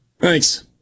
Thanks